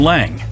Lang